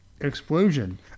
Explosion